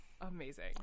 Amazing